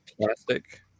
plastic